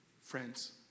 friends